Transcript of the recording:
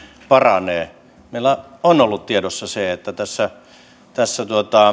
paranee meillä on ollut tiedossa se että tässä